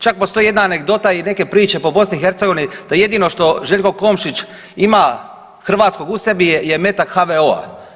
Čak postoji jedna anegdota i neke priče po BiH da jedino što Željko Komšić ima hrvatskog u sebi je metak HVO-a.